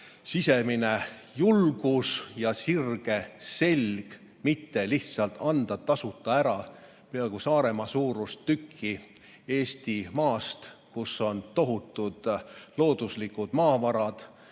sisemine julgus ja sirge selg, et me mitte lihtsalt ei anna tasuta ära peaaegu Saaremaa-suurust tükki Eestimaast, kus on tohutud looduslikud maavarad,